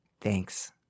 Thanks